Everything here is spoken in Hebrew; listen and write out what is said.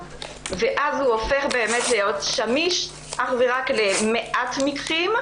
ואז הוא הופך להיות שמיש אך ורק למעט מקרים,